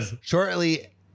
Shortly